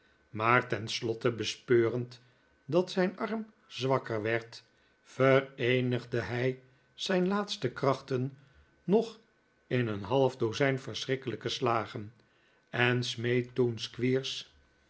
maar tenslotte bespeurend dat zijn arm zwakker werd vereenigde hij zijn laatste krachten nog in een half dozijn verschrikkelijke slagen en smeet toen